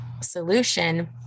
solution